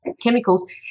Chemicals